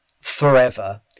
forever